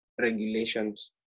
regulations